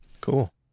Cool